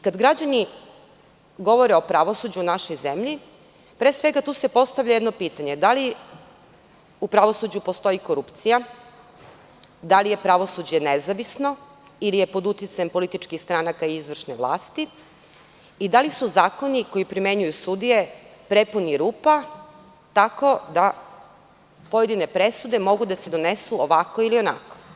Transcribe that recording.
Kada građani govore o pravosuđu u našoj zemlji, pre svega, tu se postavlja jedno pitanje – da li u pravosuđu postoji korupcija, da li je pravosuđe nezavisno ili je pod uticajem političkih stranaka i izvršne vlasti i da li su zakoni koji primenjuju sudije prepuni rupa, tako da pojedine presude mogu da se donesu ovako ili onako?